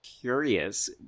curious